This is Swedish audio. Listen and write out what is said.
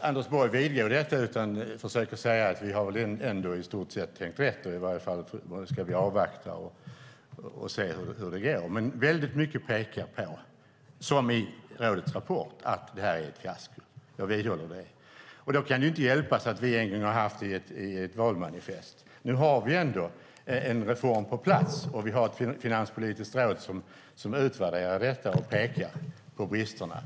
Anders Borg inte vidgå detta, utan han försöker säga att man ändå har tänkt rätt i stort sett och att man måste avvakta och se hur det går. Men mycket pekar på, som i rådets rapport, att det här är ett fiasko. Då kan det inte hjälpas att vi en gång har haft detta förslag i ett valmanifest. Nu har vi ändå en reform på plats och vi har ett finanspolitiskt råd som utvärderar detta och pekar på bristerna.